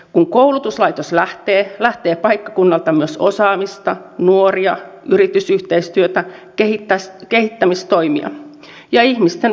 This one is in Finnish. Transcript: kun koulutuslaitos lähtee lähtee paikkakunnalta myös osaamista nuoria yritysyhteistyötä kehittämistoimia ja ihmisten vaihtuvuus vähenee